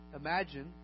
Imagine